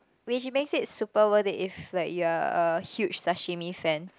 which makes it super worth it if like you're a huge super sashimi fan